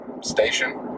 station